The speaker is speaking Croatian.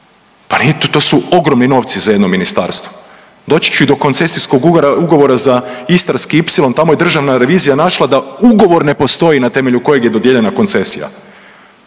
Pa nije, to su ogromni novci za jedno ministarstvo. Doći ću i do koncesijskog ugovora za Istarski ipsilon, tamo je državna revizija našla da ugovor ne postoji na temelju kojeg je dodijeljena koncesija.